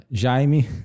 Jaime